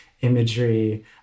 imagery